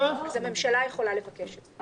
אז הממשלה יכולה לבקש את זה.